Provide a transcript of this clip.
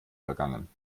vergangen